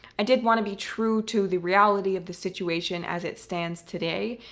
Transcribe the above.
i did wanna be true to the reality of the situation, as it stands today.